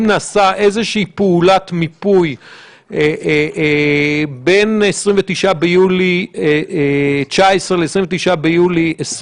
האם נעשתה איזושהי פעולת מיפוי בין 29 ביולי 2019 ל-29 ביולי 2020?